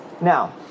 Now